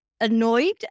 annoyed